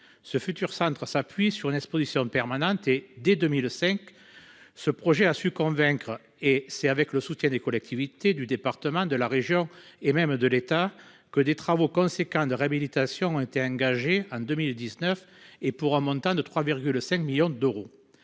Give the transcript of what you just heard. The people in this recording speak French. ce futur centre s'appuie sur une Exposition permanente et dès 2005. Ce projet a su convaincre et c'est avec le soutien des collectivités du département de la région et même de l'État que des travaux conséquents de réhabilitation ont été engagées en 2019 et pour un montant de 3,5 millions d'euros.